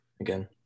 again